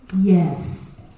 Yes